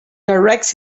directs